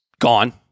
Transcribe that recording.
gone